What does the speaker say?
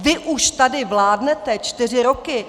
Vy už tady vládnete čtyři roky.